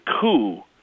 coup